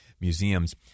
museums